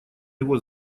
его